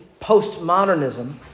postmodernism